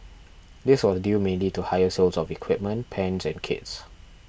this was due mainly to higher sales of equipment pans and kits